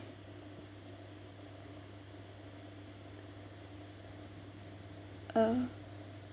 oh